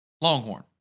Longhorn